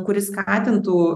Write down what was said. kuri skatintų